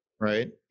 right